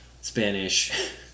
Spanish